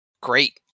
Great